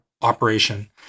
operation